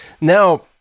Now